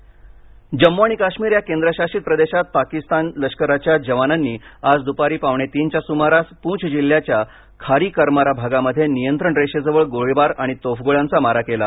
गोळीबार जम्मू आणि काश्मीर या केंद्रशासित प्रदेशात पाकिस्तान लष्कराच्या जवानांनी आज द्पारी पावणेतीनच्या सुमारास पुंछ जिल्ह्याच्या खारी करमारा भागामध्ये नियंत्रण रेषेजवळ गोळीबार आणि तोफगोळ्यांचा मारा केला